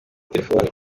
telefoni